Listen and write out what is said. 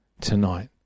tonight